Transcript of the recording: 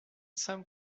some